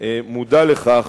מודע לכך